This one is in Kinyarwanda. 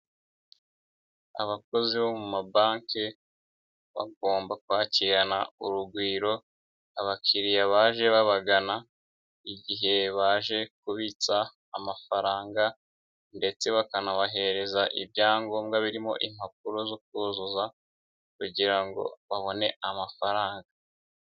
Abakozi bo mu mabanki bagomba kwakirana urugwiro abakiriya baje babagana igihe baje kubitsa amafaranga ndetse bakanabahereza ibyangombwa birimo impapuro zo kuzuza kugira ngo babone amafaranga.